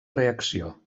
reacció